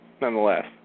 nonetheless